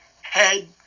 head